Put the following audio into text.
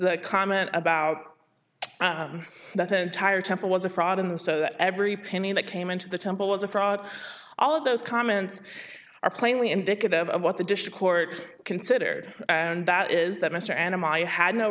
a comment about that entire temple was a fraud in the so that every penny that came into the temple was a fraud all of those comments are plainly indicative of what the dish court considered and that is that mr animal i had no